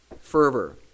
fervor